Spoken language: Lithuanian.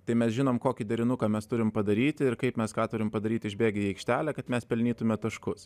tai mes žinom kokį derinuką mes turim padaryti ir kaip mes ką turim padaryti išbėgę į aikštelę kad mes pelnytume taškus